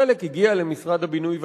חלק הגיע למשרד הבינוי והשיכון,